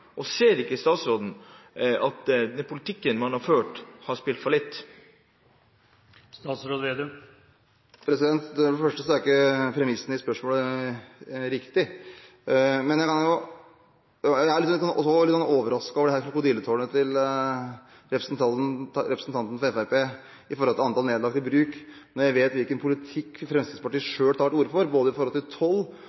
utviklingen? Ser ikke statsråden at den politikken man har ført, har spilt falitt? For det første er ikke premissene i spørsmålet riktige. Jeg er litt overrasket over krokodilletårene til representanten fra Fremskrittspartiet når det gjelder antallet nedlagte bruk, når jeg vet hvilken politikk Fremskrittspartiet